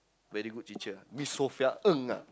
very good teacher Miss Sophia-Ng ah